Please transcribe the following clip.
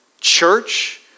church